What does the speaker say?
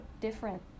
different